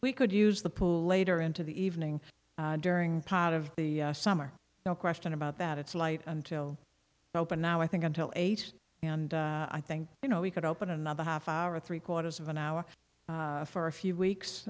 we could use the pool later into the evening during part of the summer no question about that it's light until now i think until eight and i think you know we could open another half hour or three quarters of an hour for a few weeks